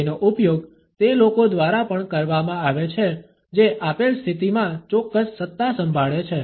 તેનો ઉપયોગ તે લોકો દ્વારા પણ કરવામાં આવે છે જે આપેલ સ્થિતિમાં ચોક્કસ સત્તા સંભાળે છે